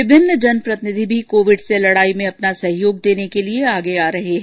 विभिन्न जनप्रतिनिधि भी कोविड से लडाई में अपना सहयोग देने के लिए आगे आ रहे हैं